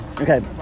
Okay